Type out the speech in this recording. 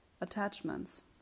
attachments